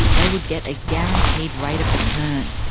they would get a guaranteed rate of return.